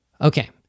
Okay